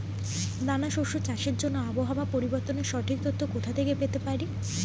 দানা শস্য চাষের জন্য আবহাওয়া পরিবর্তনের সঠিক তথ্য কোথা থেকে পেতে পারি?